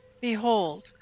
Behold